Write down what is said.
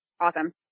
Awesome